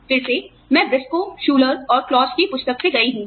फिर से मैं ब्रिस्को शुलर और क्लॉसBriscoe Schuler and Claus की पुस्तक से गई हूँ